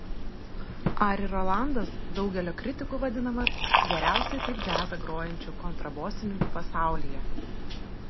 ari rolandas daugelio kritikų vadinamas geriausiai taip džiazą grojančiu kontrabosininku pasaulyje